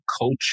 culture